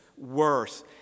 Worth